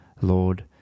Lord